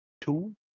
two